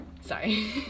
Sorry